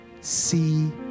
see